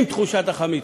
תחושת החמיצות.